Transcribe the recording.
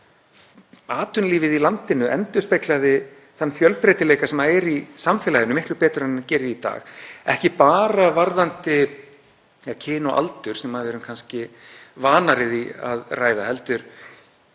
það að atvinnulífið í landinu endurspeglaði þann fjölbreytileika sem er í samfélaginu miklu betur en það gerir í dag, ekki bara varðandi kyn og aldur, sem við erum kannski vanari því að ræða, heldur